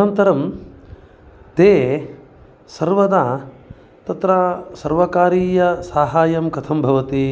अनन्तरं ते सर्वदा तत्र सर्वकारीयसाहाय्यं कथं भवति